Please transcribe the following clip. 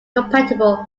compatible